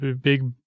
big